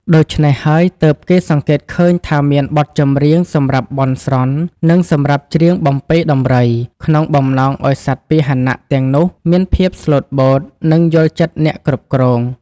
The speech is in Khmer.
ដូច្នេះហើយ ទើបគេសង្កេតឃើញថាមានបទចម្រៀងសម្រាប់បន់ស្រន់ និងសម្រាប់ច្រៀងបំពេរដំរី ក្នុងបំណងឱ្យសត្វពាហនៈទាំងនោះមានភាពស្លូតបូត និងយល់ចិត្តអ្នកគ្រប់គ្រង។